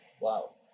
Wow